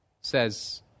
says